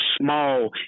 small